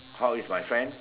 how is my friend